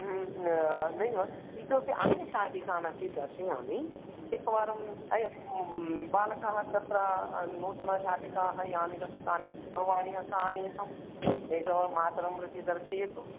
नैव इतोपि अन्यशाटिकामपि दर्शयामि एकवारं बालकाः तत्र नूतनशाटिकाः यानि सन्ति तानि सर्वानि अत्र आनीयताम् एकवारं मातरं प्रति दर्शयतु